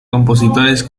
compositores